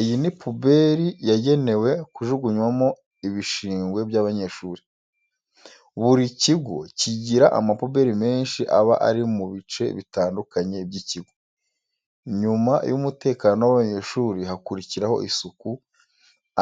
Iyi ni puberi yagenewe kujugunwamo ibishingwe by'abanyeshuri. Buri kigo kigira amapuberi menshi aba ari mu bice bitandukanye by'ikigo. Nyuma y'umutekano w'abanyeshuri hakurikiraho isuku,